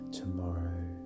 tomorrow